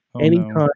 anytime